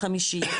חמישי,